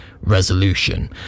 resolution